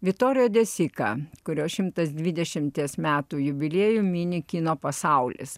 viktorijo de sika kurio šimtas dvidešimties metų jubiliejų mini kino pasaulis